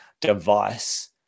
device